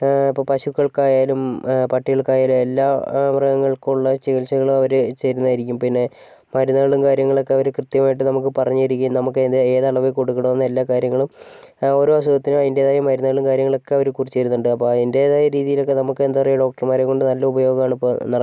ഇപ്പോൾ പശുക്കൾക്കായാലും പട്ടികൾക്കായാലും എല്ലാം മൃഗങ്ങൾക്കുള്ള ചികിത്സകൾ അവർ ചെയ്തു തരുന്നതായിരിക്കും പിന്നെ മരുന്നുകളും കാര്യങ്ങളൊക്കെ അവർ കൃത്യമായിട്ട് നമുക്ക് പറഞ്ഞു തരുകയും നമുക്കത് ഏതളവിൽ കൊടുക്കണം എന്ന് എല്ലാ കാര്യങ്ങളും ഓരോ അസുഖത്തിനും അതിൻറ്റേതായ മരുന്നുകളും കാര്യങ്ങളും ഒക്കെ അവർ കുറിച്ച് തരുന്നുണ്ട് അപ്പോൾ അതിൻറ്റേതായ രീതിയിലൊക്കെ നമുക്കെന്താ പറയാ ഡോക്ടറുമാരെക്കൊണ്ട് നല്ല ഉപയോഗമാണിപ്പോൾ നടക്കുന്നത്